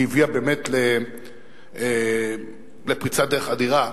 כי היא הביאה באמת לפריצת דרך אדירה.